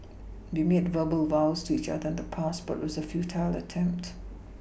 we made verbal vows to each other the past but it was a futile attempt